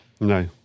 No